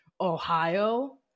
Ohio